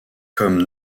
comme